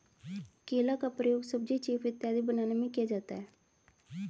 केला का प्रयोग सब्जी चीफ इत्यादि बनाने में किया जाता है